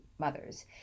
mothers